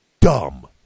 dumb